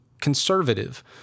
conservative